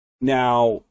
Now